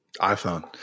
iPhone